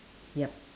yup